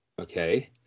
okay